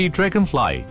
Dragonfly